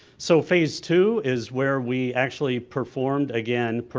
so phase two is where we actually performed again,